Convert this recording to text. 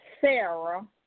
Sarah